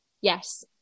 yes